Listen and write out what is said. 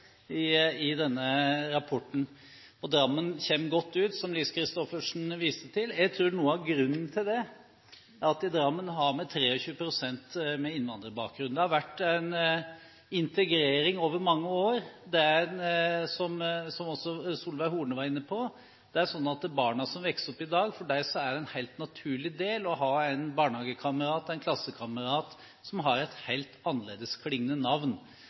i denne rapporten. Drammen kommer godt ut, som Lise Christoffersen viste til. Jeg tror noe av grunnen til det er at i Drammen har vi 23 pst. med innvandrerbakgrunn. Det har vært en integrering over mange år. Det er sånn, som også Solveig Horne var inne på, at for de barna som vokser opp i dag, er det en helt naturlig del å ha en barnehagekamerat/en klassekamerat som har et helt annerledesklingende navn.